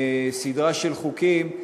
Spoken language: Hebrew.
סדרה של חוקים,